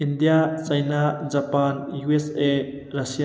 India China Japan U S A Russia